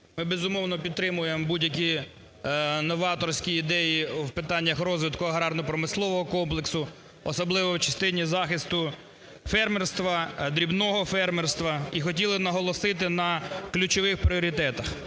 Ми безумовно підтримуємо будь-які новаторські ідеї в питаннях розвитку аграрно-промислового комплексу, особливо в частині захисту фермерства, дрібного фермерства і хотіли наголосити на ключових пріоритетах.